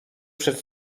przed